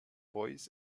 boys